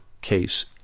case